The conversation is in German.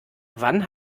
wann